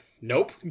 nope